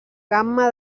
gamma